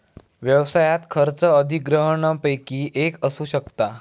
व्यवसायात खर्च अधिग्रहणपैकी एक असू शकता